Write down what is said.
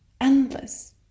endless